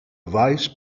vice